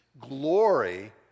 glory